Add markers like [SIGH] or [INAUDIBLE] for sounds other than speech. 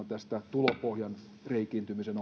[UNINTELLIGIBLE] tästä tulopohjan reikiintymisen [UNINTELLIGIBLE]